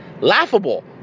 laughable